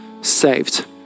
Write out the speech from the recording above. saved